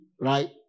right